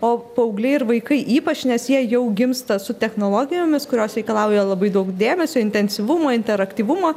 o paaugliai ir vaikai ypač nes jie jau gimsta su technologijomis kurios reikalauja labai daug dėmesio intensyvumo interaktyvumo